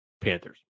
Panthers